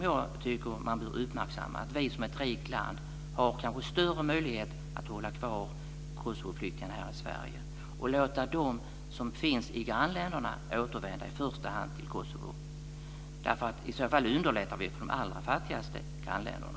Jag tycker att man bör uppmärksamma att vi som ett rikt land kanske har större möjligheter att hålla kvar flyktingarna från Kosovo här i Sverige och i första hand låta dem som finns i grannländerna återvända till Kosovo. I så fall underlättar vi för de allra fattigaste grannländerna.